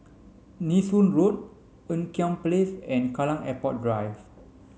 Nee Soon Road Ean Kiam Place and Kallang Airport Drive